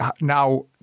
Now